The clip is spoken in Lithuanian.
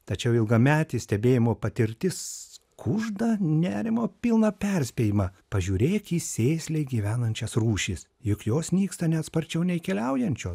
tačiau ilgametė stebėjimo patirtis kužda nerimo pilną perspėjimą pažiūrėk į sėsliai gyvenančias rūšis juk jos nyksta net sparčiau nei keliaujančios